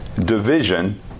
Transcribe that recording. division